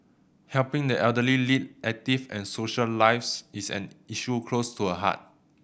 helping the elderly lead active and social lives is an issue close to her heart